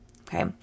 Okay